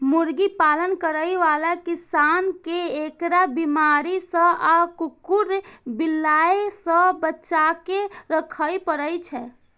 मुर्गी पालन करै बला किसान कें एकरा बीमारी सं आ कुकुर, बिलाय सं बचाके राखै पड़ै छै